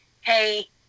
hey